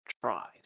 tries